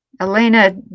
Elena